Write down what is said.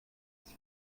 ist